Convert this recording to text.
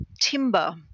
timber